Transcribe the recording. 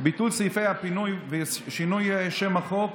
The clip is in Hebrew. ביטול סעיפי הפינוי ושינוי שם החוק),